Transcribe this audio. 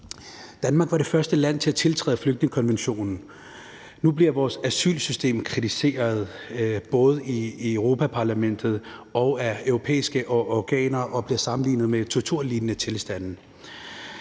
Danmark var det første land til at tiltræde flygtningekonventionen. Nu bliver vores asylsystem kritiseret både i Europa-Parlamentet og af europæiske organer, og forholdene bliver sammenlignet med torturlignende tilstande.